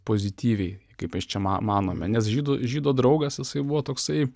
pozityviai kaip mes čia ma manome nes žydų žydo draugas jisai buvo toksai